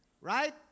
Right